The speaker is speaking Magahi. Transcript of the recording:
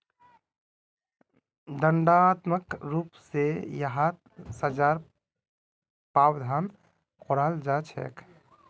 दण्डात्मक रूप स यहात सज़ार प्रावधान कराल जा छेक